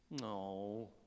No